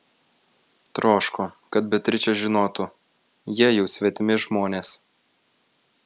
troško kad beatričė žinotų jie jau svetimi žmonės